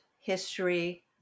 history